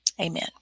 Amen